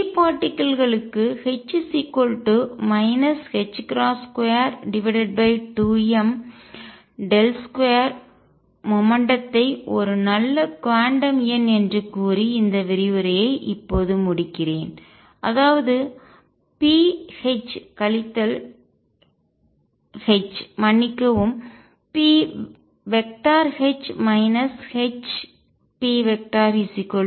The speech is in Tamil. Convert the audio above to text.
எனவே பிரீ பார்ட்டிக்கல் துகள்க களுக்கு H 22m2 மொமெண்ட்டும் த்தை வேகத்தை ஒரு நல்ல குவாண்டம் எண் என்று கூறி இந்த விரிவுரையை இப்போது முடிக்கிறேன் அதாவது p H கழித்தல் H மன்னிக்கவும் pH Hp0